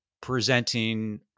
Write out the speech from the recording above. presenting